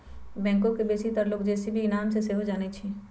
backhoe के बेशीतर लोग जे.सी.बी के नाम से सेहो जानइ छिन्ह